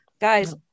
guys